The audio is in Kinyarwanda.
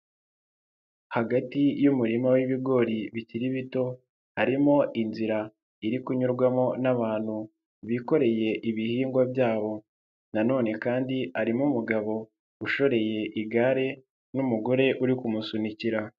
Hagati y'umurima w'ibigori bikiri bito, harimo inzira iri kunyurwamo n'abantu bikoreye ibihingwa byabo, nanone kandi harimo umugabo ushoreye igare n'umugore uri kumusunikira.